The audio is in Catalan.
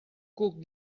cuc